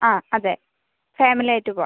ആ അതെ ഫാമിലി ആയിട്ട് പോകാം